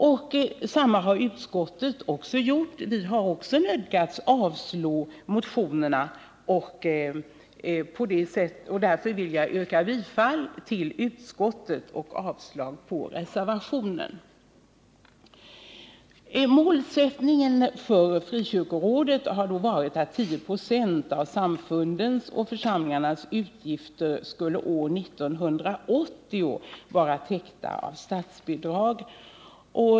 Detsamma har också utskottet gjort, och även vi har nödgats avstyrka motionerna. Därför vill jag yrka bifall till utskottets hemställan och avslag på reservationen. Målsättningen för frikyrkorådet har varit att 10 26 av samfundens och församlingarnas utgifter år 1980 skulle vara täckta av statsbidrag.